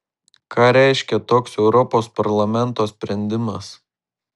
ką reiškia toks europos parlamento sprendimas